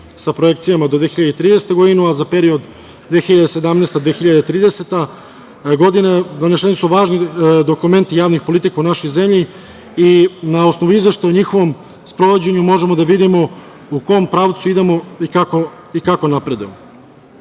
sa projekcijama do 2030. godine, a za period 2017-2030. godina, doneseni su važni dokumenti javnih politika u našoj zemlji i na osnovu izveštaja o njihovom sprovođenju možemo da vidimo u kom pravcu idemo i kako napredujemo. Ono